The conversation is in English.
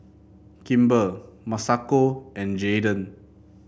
Kimber Masako and Jaeden